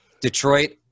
Detroit